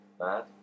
Bad